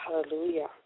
Hallelujah